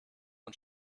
und